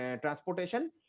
transportation